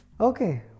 Okay